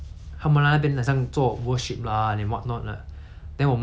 then 我们只是给他们那个位置给他那个地方让他们去